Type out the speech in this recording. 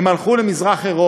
הם הלכו למזרח-אירופה.